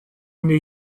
naît